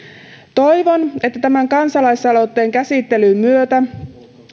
toivon että tämän kansalaisaloitteen käsittelyn myötä